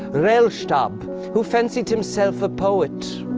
rellstab, who fancied himself a poet.